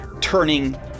turning